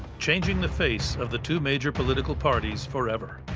changing the face of the two major political parties forever.